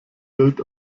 gilt